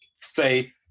say